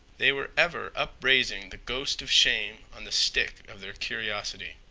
they were ever upraising the ghost of shame on the stick of their curiosity.